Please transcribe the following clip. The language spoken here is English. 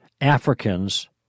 Africans